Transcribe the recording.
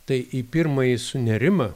tai į pirmąjį sunėrimą